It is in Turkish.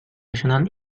yaşanan